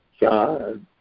God